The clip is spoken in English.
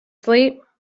sleep